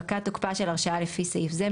פקע תוקפה של הרשאה לפי סעיף זה,